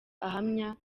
ahamya